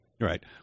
Right